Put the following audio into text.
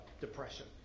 depression